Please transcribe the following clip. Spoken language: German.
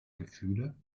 gefühle